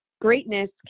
greatness